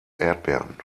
erdbeeren